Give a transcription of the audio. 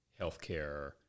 healthcare